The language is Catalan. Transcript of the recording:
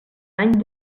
any